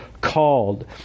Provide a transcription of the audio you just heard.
Called